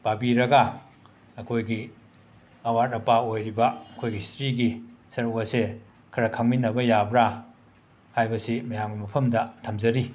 ꯄꯥꯕꯤꯔꯒ ꯑꯈꯣꯏꯒꯤ ꯑꯋꯥꯠ ꯑꯄꯥ ꯑꯣꯏꯔꯤꯕ ꯑꯩꯈꯣꯏ ꯍꯤꯁꯇ꯭ꯔꯤꯒꯤ ꯁꯔꯨꯛ ꯑꯁꯤ ꯈꯔ ꯈꯪꯃꯤꯟꯅꯕ ꯌꯥꯕ꯭ꯔꯥ ꯍꯥꯏꯕꯁꯤ ꯃꯌꯥꯝꯒꯤ ꯃꯐꯝꯗ ꯊꯝꯖꯔꯤ